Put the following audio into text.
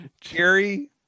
Jerry